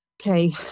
okay